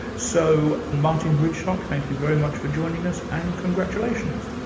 so martin bridgstock, thank you very much for joining us, and congratulations.